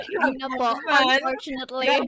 unfortunately